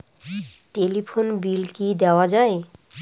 Telephone bill কি দেওয়া যায়?